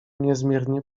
niezmiernie